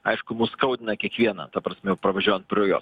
aišku mus skaudina kiekvieną ta prasme pravažiuojant pro juos